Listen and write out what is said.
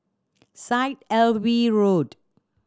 Syed Alwi Road